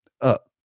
up